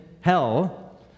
hell